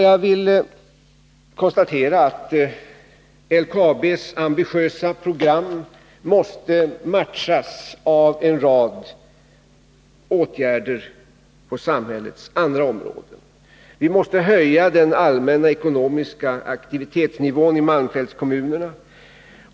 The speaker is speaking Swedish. Jag vill konstatera att LKAB:s ambitiösa program måste matchas med en rad åtgärder på samhällets andra områden. Vi måste höja den allmänna ekonomiska aktivitetsnivån i malmfältskommunerna.